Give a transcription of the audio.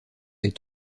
les